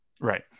Right